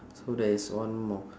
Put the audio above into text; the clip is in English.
so there is one more